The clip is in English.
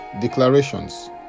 Declarations